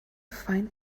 find